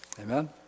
Amen